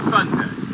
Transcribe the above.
Sunday